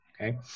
okay